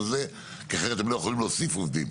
הזה כי אחרת הם לא יכולים להוסיף עובדים.